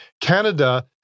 Canada